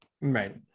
Right